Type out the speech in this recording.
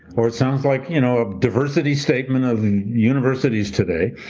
or it sounds like you know a diversity statement of universities today,